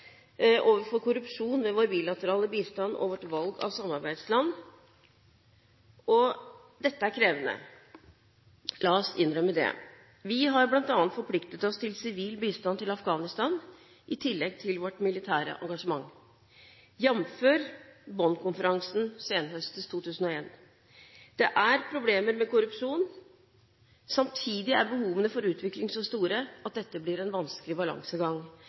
overfor korrupsjon ved vår bilaterale bistand og vårt valg av samarbeidsland. Dette er krevende, la oss innrømme det. Vi har bl.a. forpliktet oss til sivil bistand til Afghanistan i tillegg til vårt militære engasjement – jf. Bonn-konferansen senhøstes 2001. Det er problemer med korrupsjon. Samtidig er behovene for utvikling så store at det blir en vanskelig balansegang.